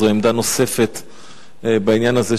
זו עמדה נוספת בעניין הזה.